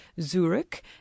Zurich